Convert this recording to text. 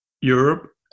Europe